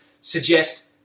suggest